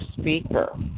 speaker